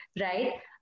right